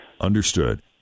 Understood